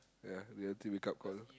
ya the other team wake up call